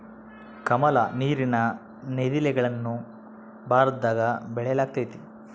ಕಮಲ, ನೀರಿನ ನೈದಿಲೆಗಳನ್ನ ಭಾರತದಗ ಬೆಳೆಯಲ್ಗತತೆ